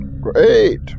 Great